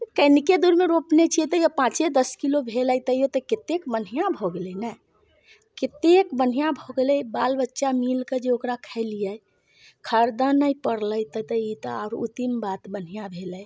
तऽ कनिके दूरमे रोपने छियै तऽ पाँचे दस किलो भेलै तैयो तऽ कतेक बढ़िआँ भऽ गेलै ने कतेक बढ़िआँ भऽ गेलै बाल बच्चा मिलि कऽ जे ओकरा खेलियै खरिदय नहि पड़लै तऽ ई तऽ आरो उतिम बात बढ़िआँ भेलै